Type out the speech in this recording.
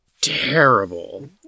terrible